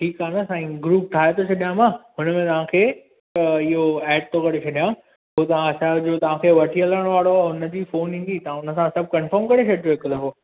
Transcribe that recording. ठीकु आहे न साईं ग्रुप ठाहे थो छॾियांव हुन में तव्हां खे इहो ऐड थो करे छडियां पोइ तव्हां असां जो तव्हां वठी हलण वारो आहे हुन जी फ़ोन ईंदी त हुन सां सभु कन्फर्म करे छॾिजो हिकु दफ़ो